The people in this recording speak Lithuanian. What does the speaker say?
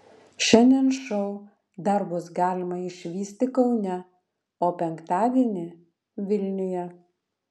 šiandien šou dar bus galima išvysti kaune o penktadienį vilniuje